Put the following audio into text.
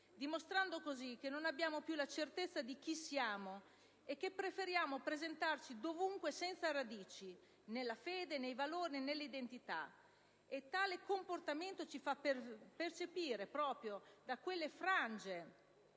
dimostrando così che non abbiamo più la certezza di chi siamo e che preferiamo presentarci dovunque senza radici: nella fede, nei valori e nell'identità. Tale comportamento ci fa percepire, proprio da quelle frange